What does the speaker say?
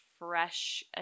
fresh